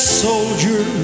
soldier